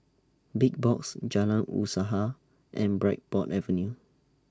Big Box Jalan Usaha and Bridport Avenue